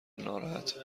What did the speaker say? ناراحته